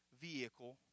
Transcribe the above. vehicle